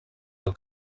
del